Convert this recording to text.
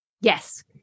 yes